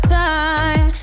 time